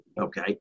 okay